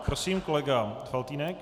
Prosím, kolega Faltýnek.